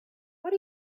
what